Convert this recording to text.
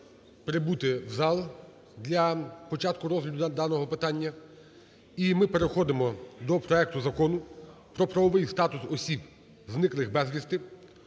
прибути у зал для початку розгляду даного питання. І ми переходимо до проекту Закону про правовий статус осіб, зниклих безвісти